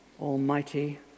Almighty